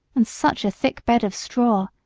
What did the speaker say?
and such a thick bed of straw!